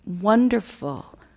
wonderful